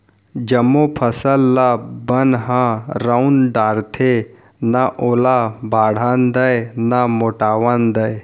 जमो फसल ल बन ह रउंद डारथे, न ओला बाढ़न दय न मोटावन दय